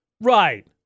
Right